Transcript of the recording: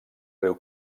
riu